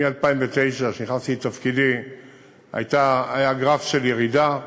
מ-2009, כאשר נכנסתי לתפקידי, היה גרף של ירידה.